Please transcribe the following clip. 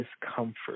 discomfort